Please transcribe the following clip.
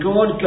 God